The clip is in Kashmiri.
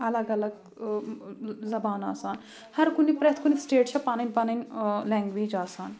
الگ الگ زبان آسان ہَرٕ کُنہِ پرٛٮ۪تھ کُنہِ سٕٹیٹ چھےٚ پَنٕنۍ پَنٕنۍ لینٛگویج آسان